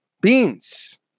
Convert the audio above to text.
Beans